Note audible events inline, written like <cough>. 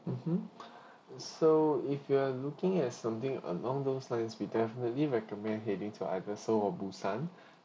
mmhmm so if you are looking at something along those lines we definitely recommend heading to either seoul or busan <breath>